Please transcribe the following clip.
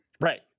Right